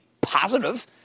positive